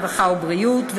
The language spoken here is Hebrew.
הרווחה והבריאות,